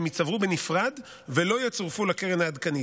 והם ייצברו בנפרד ולא יצורפו לקרן העדכנית.